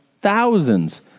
thousands